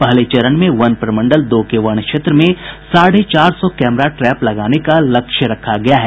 पहले चरण में वन प्रमंडल दो के वन क्षेत्र में साढ़े चार सौ कैमरा ट्रैप लगाने का लक्ष्य रखा गया है